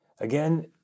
Again